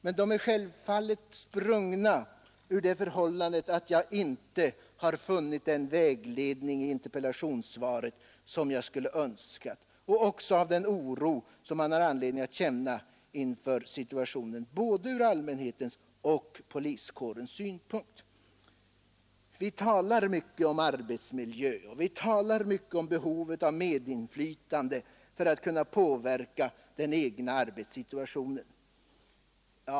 Men de är självfallet framsprungna ur det förhållandet, att jag inte har funnit den vägledning i interpellationssvaret, som jag skulle ha önskat, och också ur den oro som det finns anledning att känna inför denna situation både ur allmänhetens och ur poliskårens synpunkt. Vi talar mycket om arbetsmiljö och om behovet av medinflytande för att kunna påverka den egna arbetssituationen.